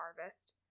harvest